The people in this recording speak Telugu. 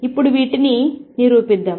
ఇప్పుడు వీటిని నిరూపిద్దాం